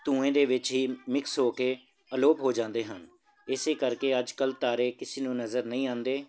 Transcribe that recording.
ਧੂੰਏਂ ਦੇ ਵਿੱਚ ਹੀ ਮਿਕਸ ਹੋ ਕੇ ਅਲੋਪ ਹੋ ਜਾਂਦੇ ਹਨ ਇਸ ਕਰਕੇ ਅੱਜ ਕੱਲ੍ਹ ਤਾਰੇ ਕਿਸੇ ਨੂੰ ਨਜ਼ਰ ਨਹੀਂ ਆਉਂਦੇ